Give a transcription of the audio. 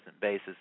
basis